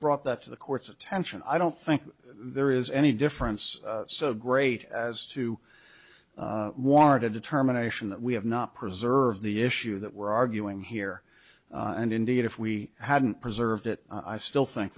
brought that to the court's attention i don't think there is any difference so great as to warrant a determination that we have not preserved the issue that we're arguing here and indeed if we hadn't preserved it i still think